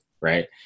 Right